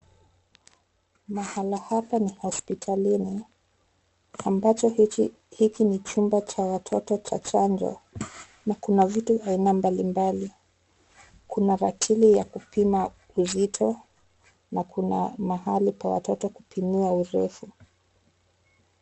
Mahala hapa ni hospitalini ambacho hiki ni chumba cha watoto cha chanjo na kuna vitu aina mbalimbali. Kuna ratili ya kupima uzito na kuna mahali pa watoto kupimiwa urefu.